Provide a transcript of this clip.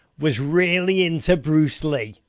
was really into bruce lee.